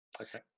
Okay